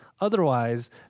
Otherwise